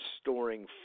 storing